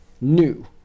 new